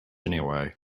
anyway